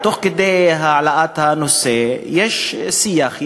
ותוך כדי העלאת הנושא יש שיח,